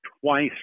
twice